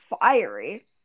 fiery